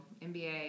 NBA